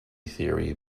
theory